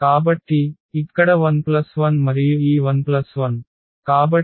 కాబట్టి ఇక్కడ 11 మరియు ఈ 1 1